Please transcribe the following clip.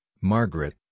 Margaret